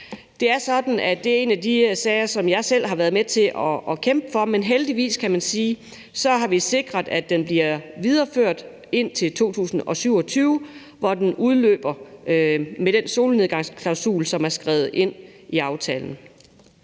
det er en af de sager, som jeg selv har været med til at kæmpe for, men heldigvis, kan man sige, har vi sikret, at den bliver videreført indtil 2027, hvor den udløber med den solnedgangsklausul, som er skrevet ind i aftalen.